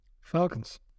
Falcons